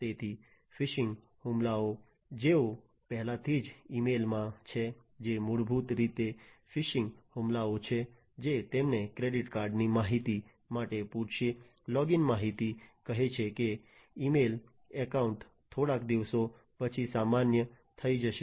તેથી ફિશિંગ હુમલાઓ જેઓ પહેલાથી જ ઈમેલમાં છે જે મૂળભૂત રીતે ફિશિંગ હુમલાઓ છે જે તમને ક્રેડીટકાર્ડ ની માહિતી માટે પૂછશે લોગિન માહિતી કહે છે કે ઈમેલ એકાઉન્ટ થોડા દિવસો પછી અમાન્ય થઈ જશે